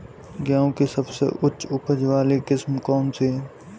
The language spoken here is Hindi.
गेहूँ की सबसे उच्च उपज बाली किस्म कौनसी है?